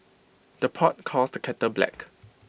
the pot calls the kettle black